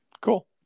cool